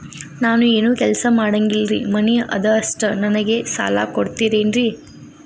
ನಾನು ಏನು ಕೆಲಸ ಮಾಡಂಗಿಲ್ರಿ ಮನಿ ಅದ ಅಷ್ಟ ನನಗೆ ಸಾಲ ಕೊಡ್ತಿರೇನ್ರಿ?